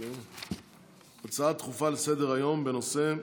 הצעות דחופות לסדר-היום בנושא: